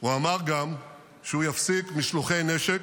הוא אמר גם שהוא יפסיק משלוחי נשק,